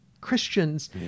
Christians